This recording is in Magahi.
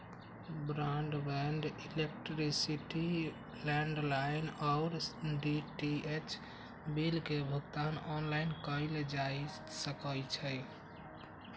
ब्रॉडबैंड, इलेक्ट्रिसिटी, लैंडलाइन आऽ डी.टी.एच बिल के भुगतान ऑनलाइन कएल जा सकइ छै